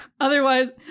otherwise